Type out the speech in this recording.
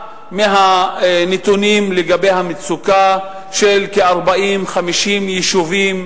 מהנתונים על המצוקה של 40 50 יישובים,